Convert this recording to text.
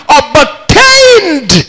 obtained